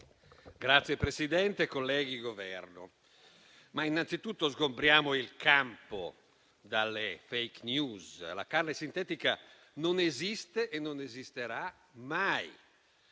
rappresentanti del Governo, innanzitutto sgombriamo il campo dalle *fake news:* la carne sintetica non esiste e non esisterà mai.